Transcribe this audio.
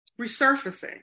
resurfacing